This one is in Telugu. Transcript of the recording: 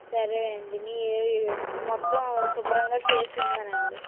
సరే అండి మీరు మొత్తం శుభ్రంగా చేసి ఇవ్వమనండి